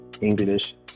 English